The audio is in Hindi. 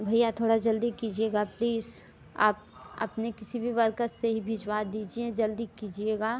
भैया थोड़ा जल्दी कीजिएगा प्लीज़ आप अपने किसी भी वर्कर से ही भिजवा दीजिए जल्दी कीजिएगा